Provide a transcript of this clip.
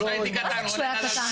מה זה כשהוא היה קטן?